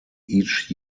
each